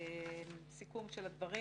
סיכום של הדברים